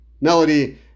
melody